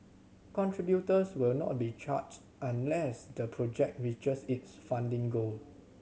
contributors will not be charged unless the project reaches its funding goal